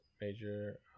major